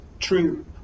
True